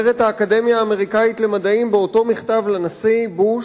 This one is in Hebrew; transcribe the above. אומרת האקדמיה האמריקנית למדעים באותו מכתב לנשיא בוש,